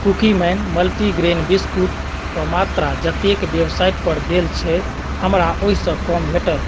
Cookieman multigrain biscuit कऽ मात्रा जतेक वेबसाइटपर देल छै हमरा ओहिसँ कम भेटल